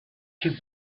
too